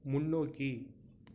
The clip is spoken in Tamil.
முன்னோக்கி